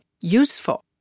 useful